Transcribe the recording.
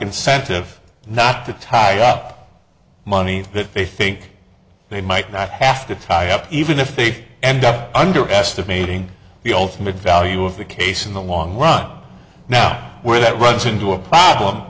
incentive not to tie up money if a fake they might not have to tie up even if they end up underestimating the ultimate value of the case in the long run now where that runs into a problem